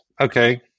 okay